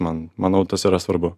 man manau tas yra svarbu